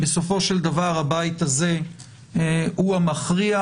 בסופו של דבר הבית הזה הוא המכריע,